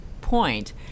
point